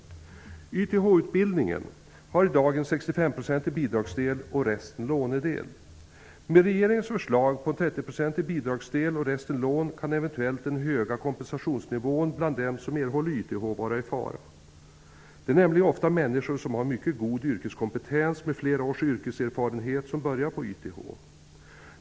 YTH-utbildning har i dag en 65-procentig bidragsdel, och resten är lånedel. Med regeringens förslag på en 30-procentig bidragsdel och resten lån kan eventuellt den höga kompetensnivån bland dem som erhåller YTH-utbildning vara i fara. Det är nämligen ofta människor som har en mycket god yrkeskompetens, med flera års yrkeserfarenhet, som börjar på YTH.